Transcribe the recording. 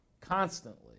constantly